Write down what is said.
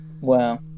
Wow